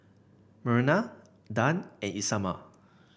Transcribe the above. Myrna Dan and Isamar